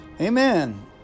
amen